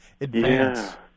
advance